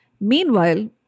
Meanwhile